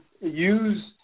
use